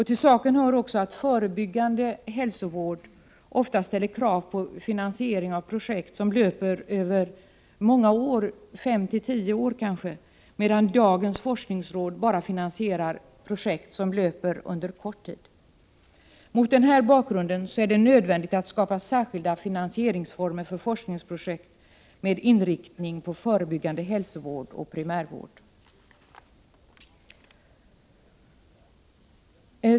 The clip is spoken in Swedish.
Till saken hör också att forskningen om förebyggande hälsovård ofta ställer krav på finansiering av projekt som löper över många år — kanske fem-tio år — medan dagens forskningsråd bara finansierar projekt som löper under kort tid. Mot denna bakgrund är det nödvändigt att skapa särskilda finansieringsformer för forskningsprojekt med inriktning på förebyggande hälsovård och primärvård.